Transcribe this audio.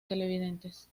televidentes